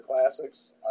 classics